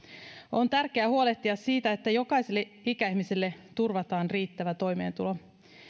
on tärkeää huolehtia siitä että jokaiselle ikäihmiselle turvataan riittävä toimeentulo